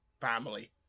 family